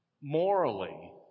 morally